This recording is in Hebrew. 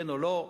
כן או לא,